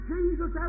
Jesus